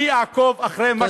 אני אעקוב אחרי, תודה.